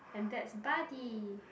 and that's Buddy